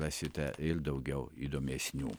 rasite ir daugiau įdomesnių